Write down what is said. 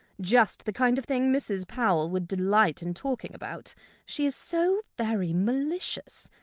just the kind of thing mrs. powell would delight in talking about she is so very malicious.